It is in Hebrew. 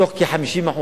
בתוך כ-50%